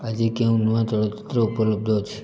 ଆଜି କେଉଁ ନୂଆ ଚଳଚ୍ଚିତ୍ର ଉପଲବ୍ଧ ଅଛି